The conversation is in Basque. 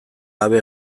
gabe